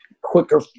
quicker